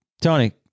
Tony